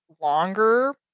longer